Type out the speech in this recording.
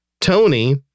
Tony